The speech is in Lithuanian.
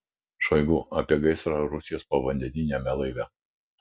šoigu apie gaisrą rusijos povandeniniame laive